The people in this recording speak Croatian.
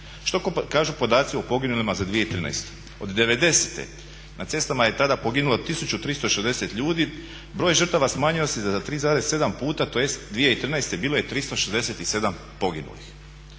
Što kažu podaci o poginulima za 2013? Od '90.-te na cestama je tada poginulo 1360 ljudi, broj žrtava smanjio se za 3,7 puta, tj. 2013. bilo je 367 poginulih.